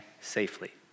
safely